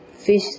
fish